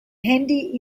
handy